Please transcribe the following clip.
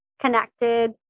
connected